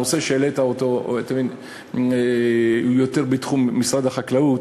הנושא שהעלית הוא יותר בתחום משרד החקלאות,